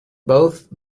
both